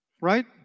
Right